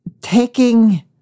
taking